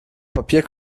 papier